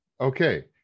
okay